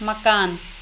مکان